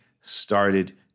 started